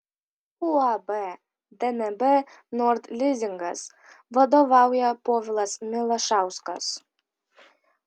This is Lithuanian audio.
uab dnb nord lizingas vadovauja povilas milašauskas